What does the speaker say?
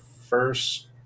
first